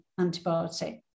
antibiotic